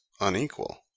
unequal